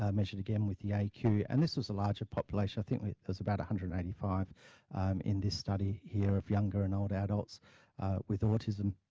ah mentioned again with the a. q. and this was a larger population, i think it was about one hundred and eighty five in this study, here of younger and older adults with autism,